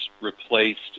replaced